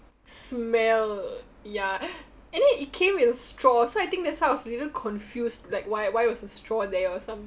smell ya and then it came with a straw so I think that's why I was little confused like why why was a straw there or some